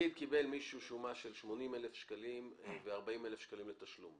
קיבל שומה של 80,000 שקלים ו-40,000 שקלים לתשלום.